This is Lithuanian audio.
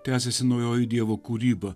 tęsiasi naujoji dievo kūryba